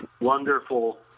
wonderful